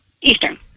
Eastern